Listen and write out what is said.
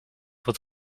wat